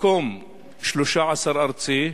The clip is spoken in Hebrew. מקום 13 ארצי,